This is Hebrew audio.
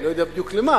אני לא יודע בדיוק למה,